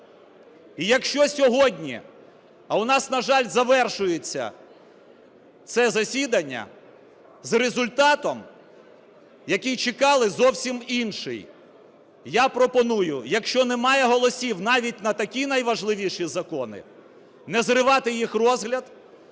І якщо сьогодні, а у нас, на жаль, завершується це засідання з результатом, який чекали зовсім інший, я пропоную, якщо немає голосів навіть на такі найважливіші закони, не зривати їх розгляд.